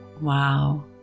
wow